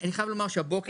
אני חייב לומר שהבוקר,